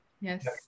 Yes